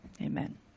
amen